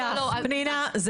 פנינה,